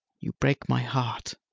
you break my heart!